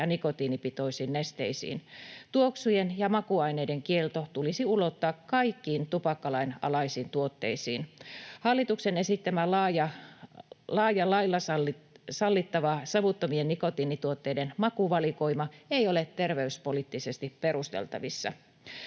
ja nikotiinipitoisiin nesteisiin. Tuoksujen ja makuaineiden kielto tulisi ulottaa kaikkiin tupakkalain alaisiin tuotteisiin. Hallituksen esittämä laaja, lailla sallittava savuttomien nikotiinituotteiden makuvalikoima ei ole terveyspoliittisesti perusteltavissa.